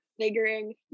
figuring